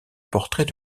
portrait